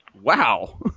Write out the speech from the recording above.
Wow